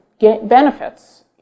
benefits